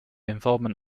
involvement